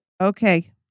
Okay